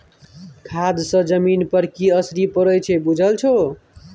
खाद सँ जमीन पर की असरि पड़य छै बुझल छौ